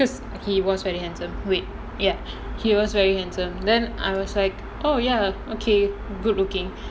because he was very handsome wait ya he was very handsome then I was like oh ya okay good looking